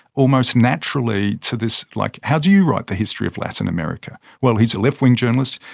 almost naturally, to this. like, how do you write the history of latin america? well, he's a left-wing journalist,